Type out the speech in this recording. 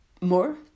more